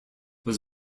was